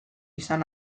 izan